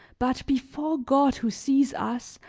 but before god who sees us,